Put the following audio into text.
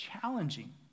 challenging